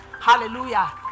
Hallelujah